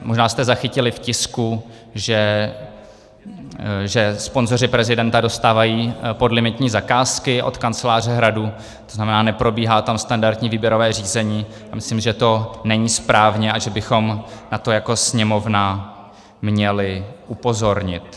Možná jste zachytili v tisku, že sponzoři prezidenta dostávají podlimitní zakázky od Kanceláře Hradu, to znamená, neprobíhá tam standardní výběrové řízení a myslím, že to není správně a že bychom na to jako Sněmovna měli upozornit.